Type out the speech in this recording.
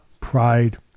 pride